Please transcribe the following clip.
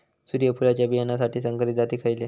सूर्यफुलाच्या बियानासाठी संकरित जाती खयले?